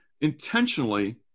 intentionally